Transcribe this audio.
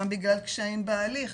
גם בגלל קשיים בהליך,